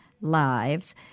lives—